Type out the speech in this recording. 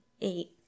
eight